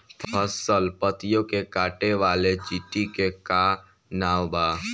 फसल पतियो के काटे वाले चिटि के का नाव बा?